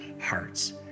hearts